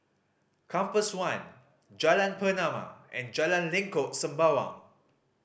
Compass One Jalan Pernama and Jalan Lengkok Sembawang